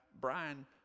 Brian